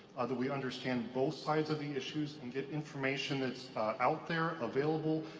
that we understand both sides of the issues and get information that's out there available,